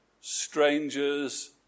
strangers